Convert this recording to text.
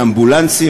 מאמבולנסים,